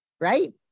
right